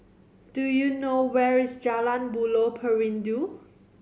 do you know where is Jalan Buloh Perindu